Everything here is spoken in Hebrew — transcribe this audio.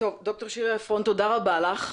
ד"ר שירה עפרון, תודה רבה לך.